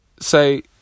say